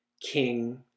King